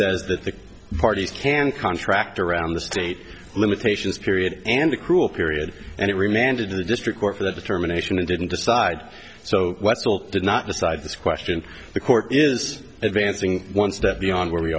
says that the parties can contract around the state limitations period and the cruel period and it remanded to the district court for that determination it didn't decide so what still did not decide this question the court is advancing one step beyond where we